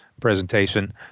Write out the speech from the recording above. presentation